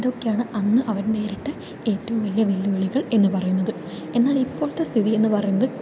ഇതൊക്കെയാണ് അന്ന് അവര് നേരിട്ട ഏറ്റവും വലിയ വെല്ലുവിളികൾ എന്ന് പറയുന്നത് എന്നാൽ ഇപ്പോഴത്തെ സ്ഥിതി എന്ന് പറയുന്നത്